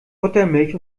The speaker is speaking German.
buttermilch